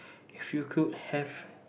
if you could have